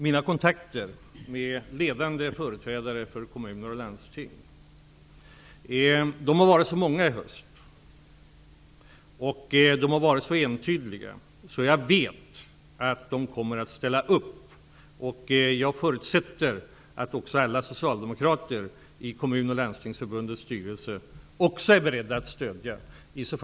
Mina kontakter med ledande företrädare för kommuner och landsting i höst har varit så många och entydiga att jag vet att man kommer att ställa upp. Jag förutsätter att också alla socialdemokrater i Kommunförbundets och Landstingsförbundets styrelser är beredda att stödja förslaget.